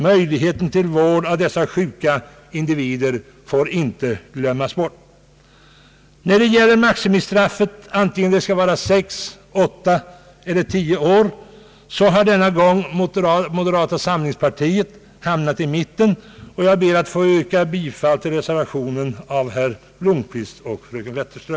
Möjligheter till vård av dessa sjuka människor får inte glömmas bort. När det gäller frågan om maximistraffet skall vara sex, åtta eller tio år har moderata samlingspartiet denna gång hamnat i mitten, och jag ber att få yrka bifall till reservationen av herr Blomquist och fröken Wetterström.